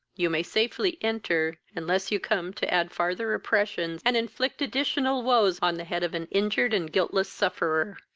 you may safely enter, unless you come to add farther oppressions, and inflict additional woes on the head of an injured and guiltless sufferer.